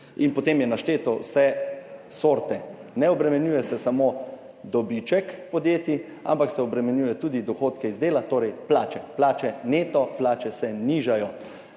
In potem je našteto vse sorte. Ne obremenjuje se samo dobička podjetij, ampak se obremenjuje tudi dohodke iz dela, torej plače. Plače, neto plače se nižajo.